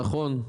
נכון,